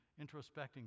introspecting